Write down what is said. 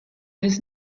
his